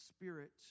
spirit